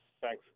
Thanks